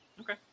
Okay